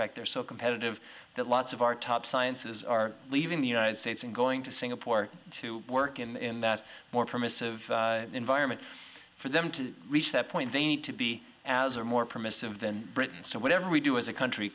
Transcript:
fact they're so competitive that lots of our top side senses are leaving the united states and going to singapore to work in a more permissive environment for them to reach that point they need to be as or more permissive than britain so whatever we do as a country